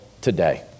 today